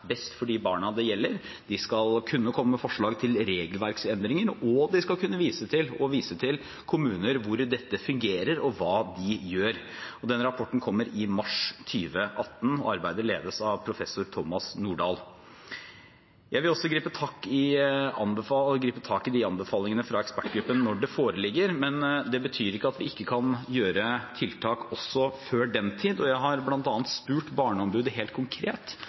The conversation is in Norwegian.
best for de barna det gjelder. De skal kunne komme med forslag til regelverksendringer, de skal kunne vise til kommuner hvor dette fungerer, og hva de kommunene gjør. Den rapporten kommer i mars 2018. Arbeidet ledes av professor Thomas Nordahl. Jeg vil gripe fatt i anbefalingene fra ekspertgruppen når de foreligger, men det betyr ikke at vi ikke kan gjøre tiltak før den tid. Jeg har bl.a. spurt Barneombudet helt konkret